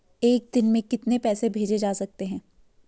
एक दिन में कितने पैसे भेजे जा सकते हैं?